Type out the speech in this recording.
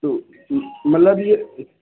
तो मतलब ये